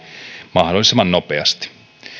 mahdollisimman nopeasti